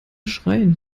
schreien